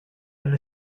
alle